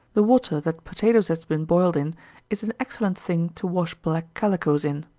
the water that potatoes has been boiled in is an excellent thing to wash black calicoes in.